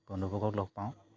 বন্ধুবৰ্গক লগ পাওঁ